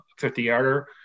50-yarder